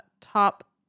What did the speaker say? top